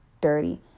dirty